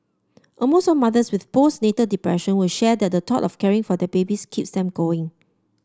almost all mothers with postnatal depression will share that the thought of caring for their babies keeps them going